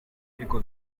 ariko